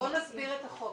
בוא נסביר את החוק.